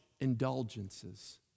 indulgences